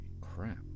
crap